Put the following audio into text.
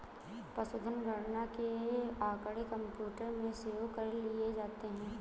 पशुधन गणना के आँकड़े कंप्यूटर में सेव कर लिए जाते हैं